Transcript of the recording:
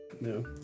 No